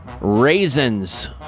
raisins